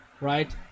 right